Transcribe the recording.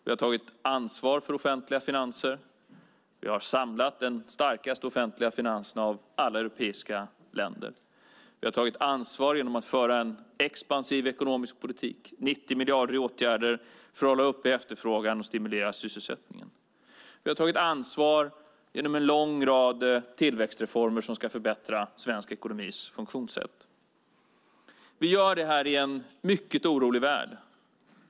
Vi har tagit ansvar för offentliga finanser och har samlat de starkaste offentliga finanserna av alla europeiska länder. Vi har tagit ansvar genom att föra en expansiv ekonomisk politik - 90 miljarder i åtgärder för att hålla uppe efterfrågan och stimulera sysselsättningen. Vi har tagit ansvar genom en lång rad tillväxtreformer som ska förbättra den svenska ekonomins funktionssätt. Vi gör detta i en mycket orolig värld.